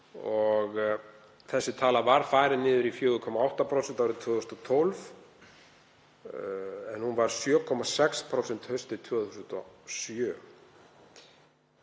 og sú tala var farin niður í 4,8% árið 2012 en var 7,6% haustið 2007.